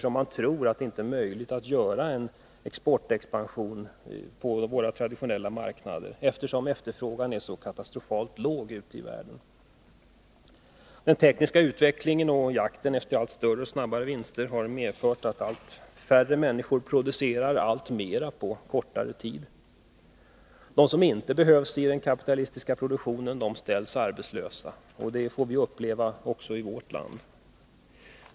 Man tror inte att en exportexpansion på våra traditionella marknader är möjlig, eftersom efterfrågan är så katastrofalt låg ute i världen. Den tekniska utvecklingen och jakten efter allt större och snabbare vinster har medfört att allt färre människor producerar alltmera på kortare tid. De som inte behövs i den kapitalistiska produktionen ställs arbetslösa. Det får vi uppleva också i vårt land.